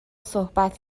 صحبت